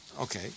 Okay